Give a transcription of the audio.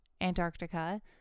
Antarctica